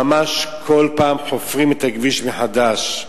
ממש כל פעם חופרים את הכביש מחדש,